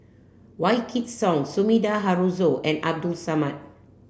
Wykidd Song Sumida Haruzo and Abdul Samad